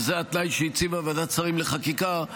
וזה התנאי שהציבה ועדת שרים לחקיקה,